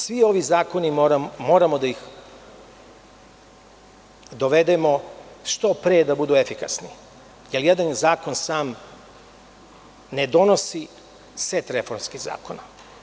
Sve ove zakone moramo da dovedemo da bi što pre bili efikasni, jer jedan zakon sam ne donosi set reformskih zakona.